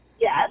Yes